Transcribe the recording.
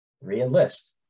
re-enlist